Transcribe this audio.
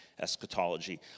eschatology